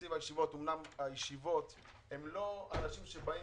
תקציב הישיבות אמנם אנשי הישיבות הם לא אנשים שמפגינים,